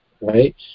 right